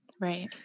Right